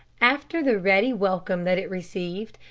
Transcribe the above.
after the ready welcome that it received,